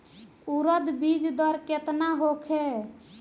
उरद बीज दर केतना होखे?